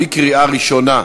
בקריאה ראשונה.